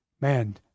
man